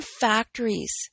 factories